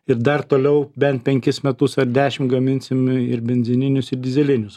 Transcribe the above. ir dar toliau bent penkis metus ar dešimt gaminsim ir benzininius ir dyzelinius